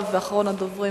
כי אחרת בסוף ייגמרו,